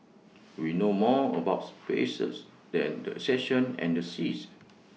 we know more about spaces than the and the seas